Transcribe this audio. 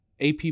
AP